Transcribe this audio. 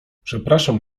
przepraszam